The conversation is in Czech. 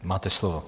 Máte slovo.